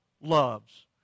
loves